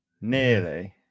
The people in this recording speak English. Nearly